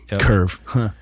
curve